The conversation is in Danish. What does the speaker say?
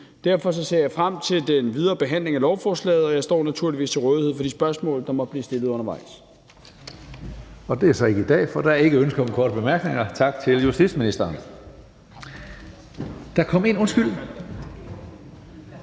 Derfor ser jeg frem til den videre behandling af lovforslaget, og jeg står naturligvis til rådighed for de spørgsmål, der måtte blive stillet undervejs. Kl. 16:23 Tredje næstformand (Karsten Hønge): Det er så ikke i dag, for der er ikke ønske om korte bemærkninger. Tak til justitsministeren. Da der ikke